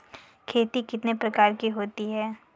खेती कितने प्रकार की होती है?